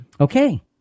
Okay